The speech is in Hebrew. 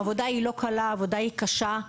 העבודה לא קלה, היא קשה.